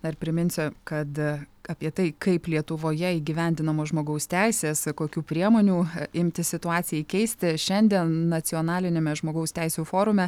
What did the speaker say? dar priminsiu kad apie tai kaip lietuvoje įgyvendinamos žmogaus teisės kokių priemonių imtis situacijai keisti šiandien nacionaliniame žmogaus teisių forume